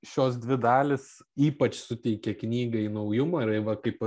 šios dvi dalys ypač suteikia knygai naujumo ir jai va kaip va